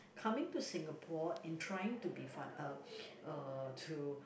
coming to Singapore and trying to be fine uh to